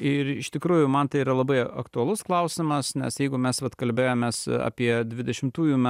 ir iš tikrųjų man tai yra labai aktualus klausimas nes jeigu mes vat kalbėjomės apie dvidešimtųjų me